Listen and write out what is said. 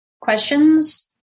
questions